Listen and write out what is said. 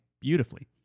beautifully